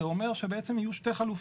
זה אומר שבעצם יהיו שתי חלופות.